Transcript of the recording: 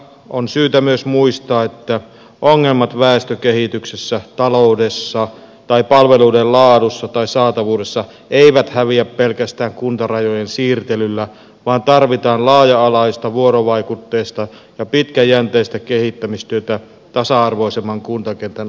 on syytä myös muistaa että ongelmat väestökehityksessä ta loudessa tai palveluiden laadussa tai saatavuudessa eivät häviä pelkästään kuntarajojen siirtelyllä vaan tarvitaan laaja alaista vuorovaikutteista ja pitkäjänteistä kehittämistyötä tasa arvoisemman kuntakentän aikaansaamiseksi